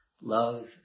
love